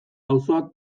auzoak